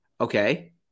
Okay